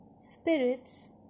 Spirits